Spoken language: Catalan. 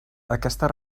aquestes